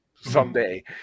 Someday